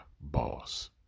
boss